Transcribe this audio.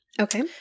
Okay